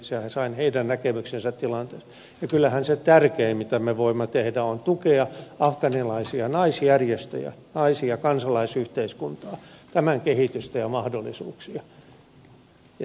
siellä sain heidän näkemyksensä tilanteesta ja kyllähän se tärkein mitä me voimme tehdä on tukea afganistanilaisia naisjärjestöjä naisia kansalaisyhteiskuntaa tämän kehitystä ja mahdollisuuksia